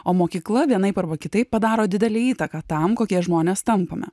o mokykla vienaip arba kitaip padaro didelę įtaką tam kokie žmonės tampame